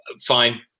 Fine